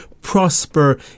prosper